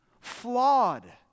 Flawed